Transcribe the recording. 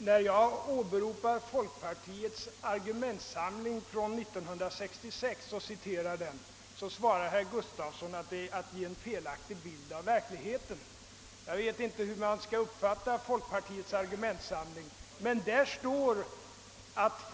Herr talman! När jag citerar folkpartiets argumentsamling från 1966 svarar herr Gustafson i Göteborg att det är att ge en felaktig bild av verkligheten. Jag vet för det första inte hur man skall uppfatta folkpartiets argumentsamling, men där står att